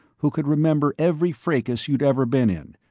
who could remember every fracas you'd ever been in,